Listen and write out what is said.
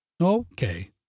Okay